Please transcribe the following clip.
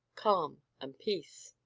calm, and peace.